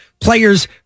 players